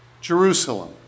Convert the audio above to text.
Jerusalem